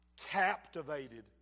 captivated